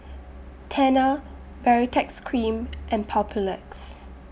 Tena Baritex Cream and Papulex